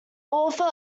author